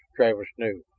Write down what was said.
travis knew.